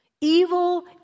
Evil